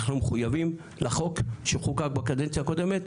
אנחנו מחויבים לחוק שחוקק בקדנציה הקודמת.